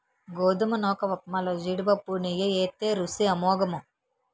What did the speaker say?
గోధుమ నూకఉప్మాలో జీడిపప్పు నెయ్యి ఏత్తే రుసి అమోఘము